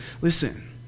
listen